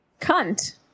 Cunt